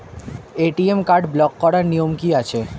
ATM card block করার নিয়ম কি আছে?